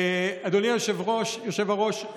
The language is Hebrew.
אדוני היושב-ראש,